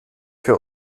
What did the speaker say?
für